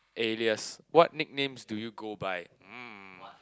alias what nickname do you go by mm